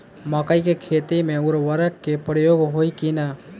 मकई के खेती में उर्वरक के प्रयोग होई की ना?